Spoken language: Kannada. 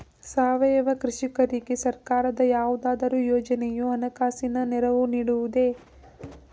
ಸಾವಯವ ಕೃಷಿಕರಿಗೆ ಸರ್ಕಾರದ ಯಾವುದಾದರು ಯೋಜನೆಯು ಹಣಕಾಸಿನ ನೆರವು ನೀಡುವುದೇ?